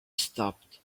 stopped